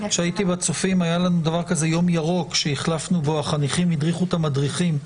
כשהייתי בצופים היה יום שבו החניכים החליפו את המדריכים.